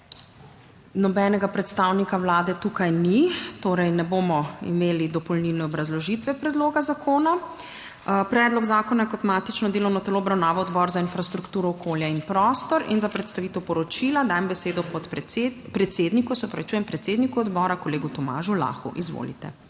Nobenega predstavnika Vlade ni tukaj, torej ne bomo imeli dopolnilne obrazložitve predloga zakona. Predlog zakona je kot matično delovno telo obravnaval Odbor za infrastrukturo, okolje in prostor in za predstavitev poročila dajem besedo predsedniku odbora, kolegu Tomažu Lahu. Izvolite.